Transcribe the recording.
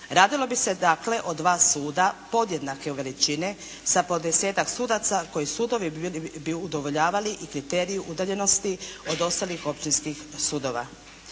Radilo bi se dakle o dva suda podjednake veličine sa po 10-ak sudaca koji sudovi bi udovoljavali i kriteriju udaljenosti od ostalih općinskih sudova.